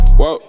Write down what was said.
whoa